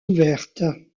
ouverte